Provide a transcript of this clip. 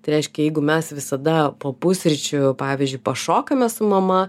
tai reiškia jeigu mes visada po pusryčių pavyzdžiui pašokame su mama